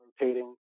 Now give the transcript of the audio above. rotating